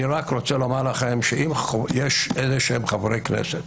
אני רק רוצה לומר לכם, שאם יש איזשהם חברי כנסת